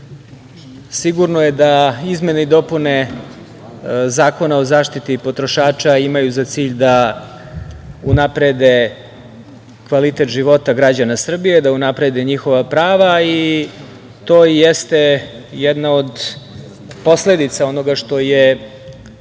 sigurno je da izmene i dopune Zakona o zaštiti potrošača imaju za cilj da unaprede kvalitet života građana Srbije, da unaprede njihova prava, i to jeste jedna od posledica onoga što je